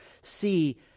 see